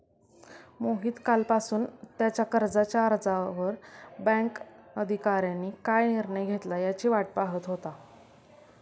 मोहित कालपासून त्याच्या कर्जाच्या अर्जावर बँक अधिकाऱ्यांनी काय निर्णय घेतला याची वाट पाहत होता